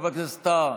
חבר הכנסת טאהא,